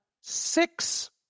six